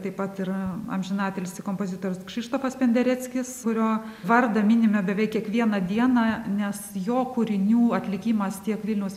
taip pat ir amžinatilsį kompozitorius kšištofas pendereckis kurio vardą minime beveik kiekvieną dieną nes jo kūrinių atlikimas tiek vilniaus